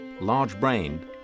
large-brained